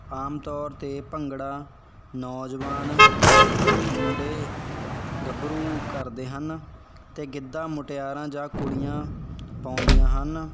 ਆਮ ਤੌਰ 'ਤੇ ਭੰਗੜਾ ਨੌਜਵਾਨ ਮੁੰਡੇ ਗੱਭਰੂ ਕਰਦੇ ਹਨ ਅਤੇ ਗਿੱਧਾ ਮੁਟਿਆਰਾਂ ਜਾਂ ਕੁੜੀਆਂ ਪਾਉਂਦੀਆਂ ਹਨ